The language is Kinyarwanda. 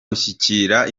gushyigikira